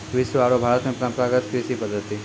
विश्व आरो भारत मॅ परंपरागत कृषि पद्धति